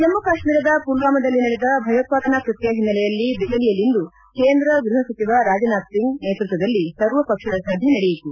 ಜಮ್ಮ ಕಾಶ್ಮೀರದ ಪುಲ್ವಾಮಾದಲ್ಲಿ ನಡೆದ ಭಯೋತ್ಪಾದನಾ ಕೃತ್ಯ ಹಿನ್ನೆಲೆಯಲ್ಲಿ ದೆಪಲಿಯಲ್ಲಿಂದು ಕೇಂದ್ರ ಗೃಹ ಸಚಿವ ರಾಜನಾಥ್ ಸಿಂಗ್ ನೇತೃತ್ವದಲ್ಲಿ ಸರ್ವ ಪಕ್ಷ ಸಭೆ ನಡೆಯಿತು